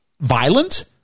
violent